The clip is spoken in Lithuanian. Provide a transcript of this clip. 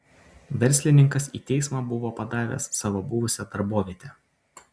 verslininkas į teismą buvo padavęs savo buvusią darbovietę